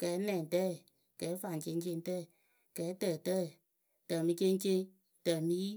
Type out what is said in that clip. kɛɛnɛŋtǝyǝ, kɛɛfaŋceŋceŋtǝyǝ, kɛɛtǝtǝyǝ, tǝ mǝ ceŋceŋ, tǝ mǝ yi.